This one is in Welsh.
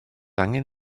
angen